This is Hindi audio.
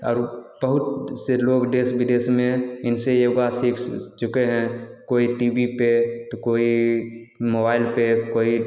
और बहुत से लोग देश विदेश में इनसे योगा सीख चुके हैं कोई टीवी पर तो कोई मोबाइल पर कोई